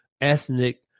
ethnic